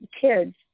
kids